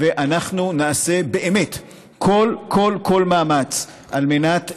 ואנחנו נעשה באמת כל כל כל מאמץ על מנת להמשיך.